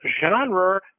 genre